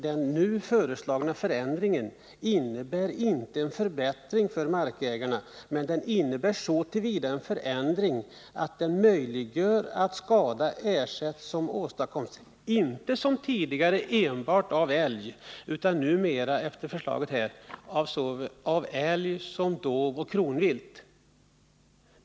Den nu föreslagna förändringen innebär inte en förbättring för markägarna, men den innebär en förändring så till vida att ersättning nu kan utgå för skada som orsakats inte som tidigare enbart av älg utan även av kronvilt och dovvilt.